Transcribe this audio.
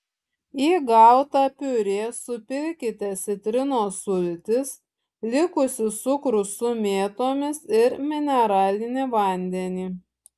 į gautą piurė supilkite citrinos sultis likusį cukrų su mėtomis ir mineralinį vandenį